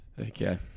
Okay